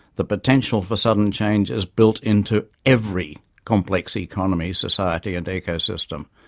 the potential for sudden change is built into every complex economy, society, and ecosystem.